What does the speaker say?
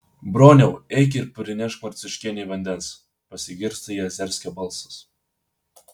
broniau eik ir prinešk marciuškienei vandens pasigirsta jazerskio balsas